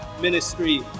ministry